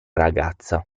ragazza